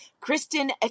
Kristen